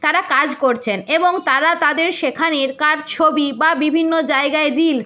তারা কাজ করছেন এবং তারা তাদের সেখানকার ছবি বা বিভিন্ন জায়গায় রিলস